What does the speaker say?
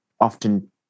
often